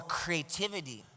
creativity